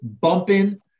bumping